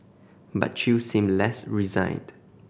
but Chew seemed less resigned